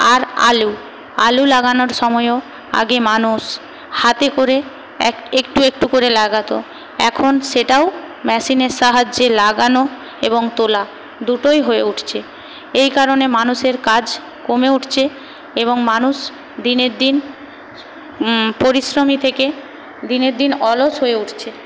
আর আলু আলু লাগানোর সময়ও আগে মানুষ হাতে করে একটু একটু করে লাগাতো এখন সেটাও ম্যাশিনের সাহায্যে লাগানো এবং তোলা দুটোই হয়ে উঠছে এই কারণে মানুষের কাজ কমে উঠছে এবং মানুষ দিনের দিন পরিশ্রমী থেকে দিনের দিন অলস হয়ে উঠছে